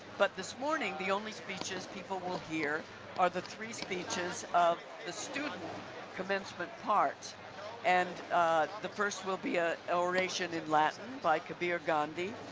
but this morning the only speeches people will hear are the three speeches of the student commencement parts and the first will be an ah oration in latin by kabir gandhi,